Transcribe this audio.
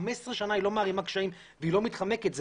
חמש עשרה היא לא מערימה קשיים והיא לא מתחמקת וזה